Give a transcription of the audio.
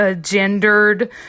gendered